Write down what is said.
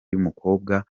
y’umukobwa